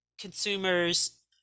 consumers